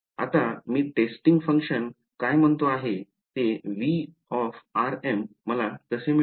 आता मी testing function काय म्हणतो आहे ते V मला कसे मिळेल